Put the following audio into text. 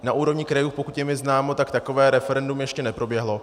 Na úrovni krajů, pokud je mi známo, takové referendum ještě neproběhlo.